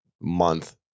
month